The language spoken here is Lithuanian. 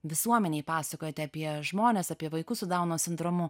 visuomenei pasakojate apie žmones apie vaikus su dauno sindromu